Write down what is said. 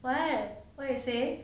what what you say